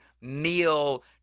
meal